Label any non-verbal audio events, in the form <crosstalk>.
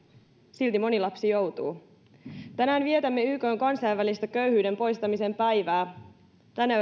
silti moni lapsi joutuu tänään vietämme ykn kansainvälistä köyhyyden poistamisen päivää tänä <unintelligible>